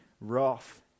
wrath